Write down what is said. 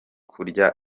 kurya